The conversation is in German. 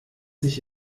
sich